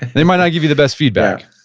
they might not give you the best feedback